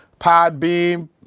Podbeam